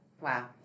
Wow